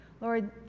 Lord